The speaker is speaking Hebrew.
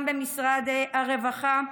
גם במשרד הרווחה,